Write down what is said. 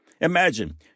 Imagine